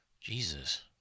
Jesus